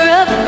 up